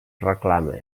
reclama